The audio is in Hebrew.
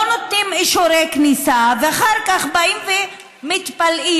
לא נותנים אישורי כניסה ואחר כך באים ומתפלאים